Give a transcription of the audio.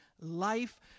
life